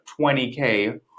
20k